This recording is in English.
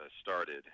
started